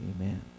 Amen